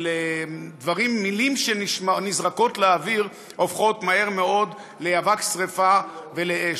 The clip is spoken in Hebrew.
ומילים שנזרקות לאוויר הופכות מהר מאוד לאבק שרפה ולאש.